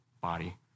body